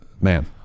man